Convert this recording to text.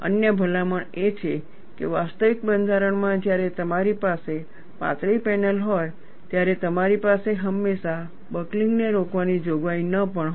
અન્ય ભલામણ એ છે કે વાસ્તવિક બંધારણમાં જ્યારે તમારી પાસે પાતળી પેનલ હોય ત્યારે તમારી પાસે હંમેશા બકલિંગ ને રોકવાની જોગવાઈ ન પણ હોય